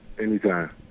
Anytime